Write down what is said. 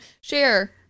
Share